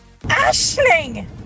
Ashling